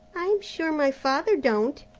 i'm sure my father don't.